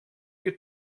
get